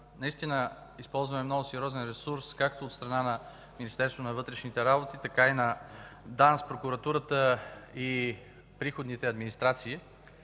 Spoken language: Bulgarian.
наистина използваме много сериозен ресурс както от страна на Министерството на вътрешните работи, така и на ДАНС, прокуратурата и приходните администрации.